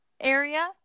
area